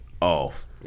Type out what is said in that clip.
off